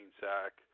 sack